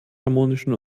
harmonischen